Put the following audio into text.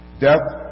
Death